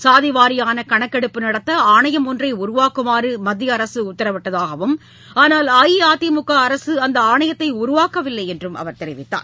சாதிவாரியான கணக்கெடுப்பு நடத்த ஆணையம் ஒன்றை உருவாக்குமாறு மத்திய அரசு உத்தரவிட்டதாகவும் ஆனால் அஇஅதிமுக அரசு அந்த ஆணையத்தை உருவாக்கவில்லை என்றும் அவர் தெரிவித்தார்